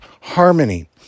harmony